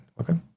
okay